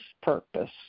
purpose